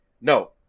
No